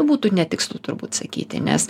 būtų netikslu turbūt sakyti nes